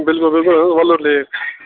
بِلکُل بِلکُل حظ وَلُر لیک